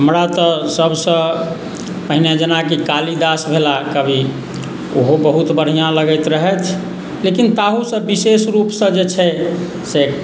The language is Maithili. हमरा तऽ सभसँ पहिने जेनाकि कालिदास भेलाह कवि ओहो बहुत बढ़िआँ लगैत रहथि लेकिन ताहूसँ विशेष रूपसँ जे छै से